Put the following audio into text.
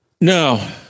No